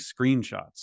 screenshots